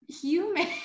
human